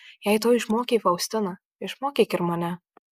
jei to išmokei faustiną išmokyk ir mane